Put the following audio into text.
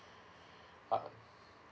ah